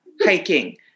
hiking